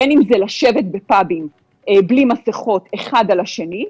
בין אם זה לשבת בפאבים בלי מסכות אחד על השני,